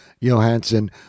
johansson